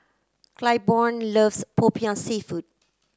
Claiborne loves Popiah seafood